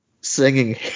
singing